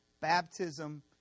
baptism